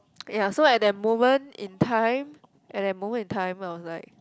ya so at that moment in time at that moment in time